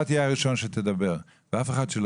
אתה תהיה הראשון שידבר ואף אחד שלא